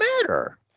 matter